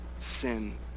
sin